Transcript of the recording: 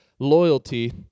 loyalty